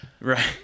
Right